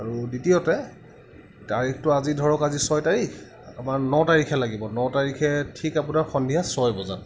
আৰু দ্বিতীয়তে তাৰিখটো আজি ধৰক আজি ছয় তাৰিখ আমাৰ ন তাৰিখে লাগিব ন তাৰিখে ঠিক আপোনাৰ সন্ধিয়া ছয় বজাত